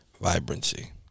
Vibrancy